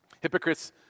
Hypocrites